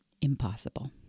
impossible